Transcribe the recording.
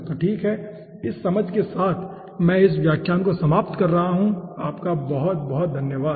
तो ठीक है इस समझ के साथ मैं इस व्याख्यान को समाप्त कर रहा हूँ धन्यवाद